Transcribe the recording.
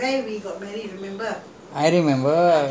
then that's it lah I'm married already lah all done some more